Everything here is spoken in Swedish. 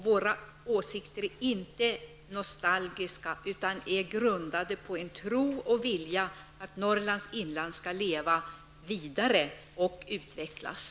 Våra åsikter är inte nostalgiska utan är grundade på en tro och vilja att Norrlands inland skall leva vidare och utvecklas.